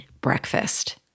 breakfast